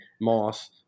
Moss